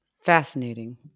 Fascinating